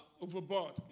Overboard